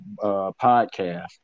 podcast